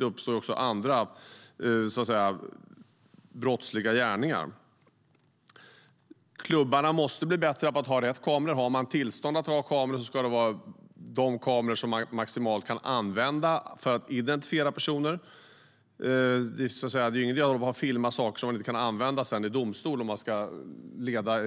Det uppstår också andra brottsliga gärningar. Klubbarna måste bli bättre på att använda rätt kameror. Har man tillstånd att ha kameror ska det vara kameror som kan användas för att identifiera personer. Det är ju ingen idé att filma om man sedan inte kan använda det i domstol för att leda